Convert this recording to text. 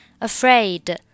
afraid